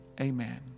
amen